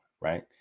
right